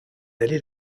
aller